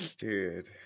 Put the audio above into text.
Dude